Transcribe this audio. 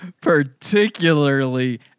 particularly